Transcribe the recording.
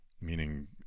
Meaning